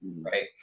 Right